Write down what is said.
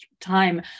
time